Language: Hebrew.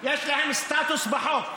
יש להם סטטוס בחוק.